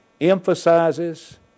emphasizes